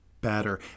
better